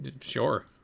Sure